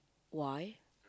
why